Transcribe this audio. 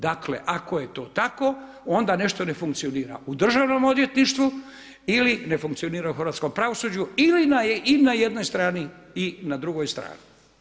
Dakle ako je to tako onda nešto ne funkcionira u Državnom odvjetništvu ili ne funkcionira u hrvatskom pravosuđu ili na i na jednoj strani i na drugoj strani.